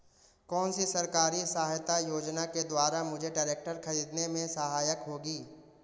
कौनसी सरकारी सहायता योजना के द्वारा मुझे ट्रैक्टर खरीदने में सहायक होगी?